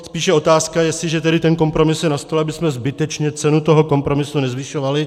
Spíše je otázka jestliže tedy ten kompromis je na stole, abychom zbytečně cenu toho kompromisu nezvyšovali.